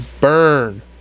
burn